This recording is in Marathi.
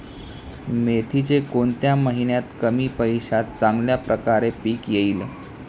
मेथीचे कोणत्या महिन्यात कमी पैशात चांगल्या प्रकारे पीक येईल?